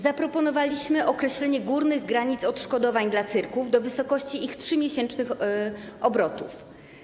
Zaproponowaliśmy określenie górnych granic odszkodowań dla cyrków do wysokości ich 3-miesięcznych obrotów.